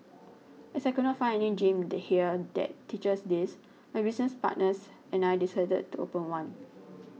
as I could not find any gym the here that teaches this my business partners and I decided to open one